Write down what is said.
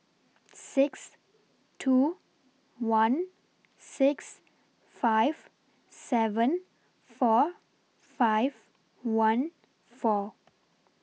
six two one six five seven four five one four